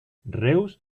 reus